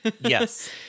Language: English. Yes